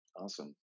Awesome